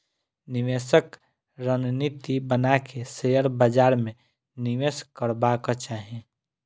निवेशक रणनीति बना के शेयर बाजार में निवेश करबाक चाही